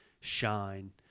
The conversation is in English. shine